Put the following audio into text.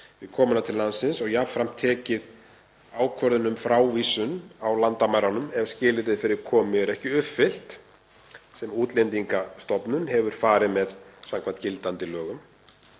við komuna til landsins, og jafnframt tekið ákvörðun um frávísun á landamærunum ef skilyrði fyrir komu eru ekki uppfyllt, sem Útlendingastofnun hefur farið með samkvæmt gildandi lögum